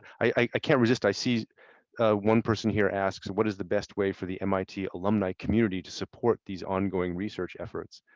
i can't resist. i see one person here asks, what is the best way for the mit alumni community to support these ongoing research efforts?